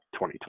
2020